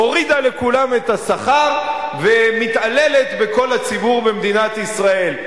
הורידה לכולם את השכר ומתעללת בכל הציבור במדינת ישראל.